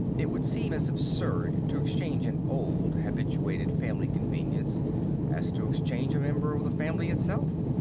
it would seem as absurd to exchange an old, habituated family convenience as to exchange a member of the family itself.